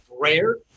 rare